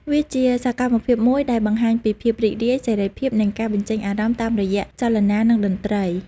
វាជាសកម្មភាពមួយដែលបង្ហាញពីភាពរីករាយ សេរីភាព និងការបញ្ជេញអារម្មណ៍តាមរយៈចលនា និងតន្ត្រី។